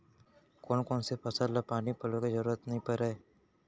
कोन कोन से फसल ला पानी पलोय के जरूरत नई परय?